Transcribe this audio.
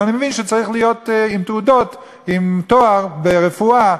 אני מבין שצריך להיות עם תעודות ועם תואר ברפואה,